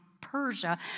Persia